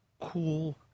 cool